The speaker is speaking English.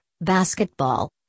basketball